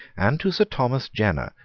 and to sir thomas jenner,